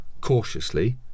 cautiously